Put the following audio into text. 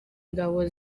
ingabo